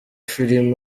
filime